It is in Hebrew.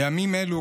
בימים אלו,